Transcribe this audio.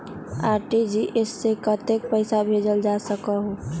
RTGS से कतेक पैसा भेजल जा सकहु???